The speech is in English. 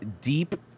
Deep